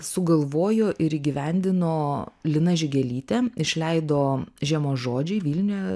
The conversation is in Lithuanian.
sugalvojo ir įgyvendino lina žigelytė išleido žiemos žodžiai vilniuje